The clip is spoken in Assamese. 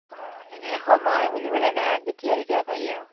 অঁ এনেই সময় বুলিবলৈ নাই যেতিয়াই তেতিয়াই পাৰি আৰু